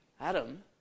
Adam